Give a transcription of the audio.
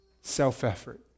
self-effort